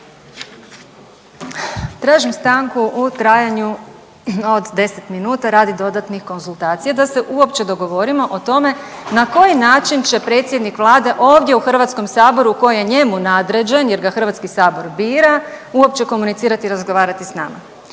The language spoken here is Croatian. Tražim stanku u trajanju od 10 minuta radi dodatnih konzultacija da se uopće dogovorimo o tome na koji način će predsjednik Vlade ovdje u Hrvatskom saboru koji je njemu nadređen jer ga Hrvatski sabor bira uopće komunicirati, razgovarati sa nama.